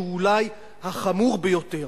שהוא אולי החמור ביותר,